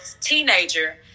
teenager